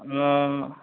ᱚ